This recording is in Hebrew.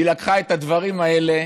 היא לקחה את הדברים האלה